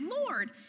Lord